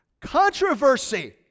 controversy